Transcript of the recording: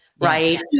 right